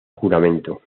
juramento